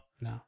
No